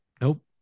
Nope